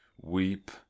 weep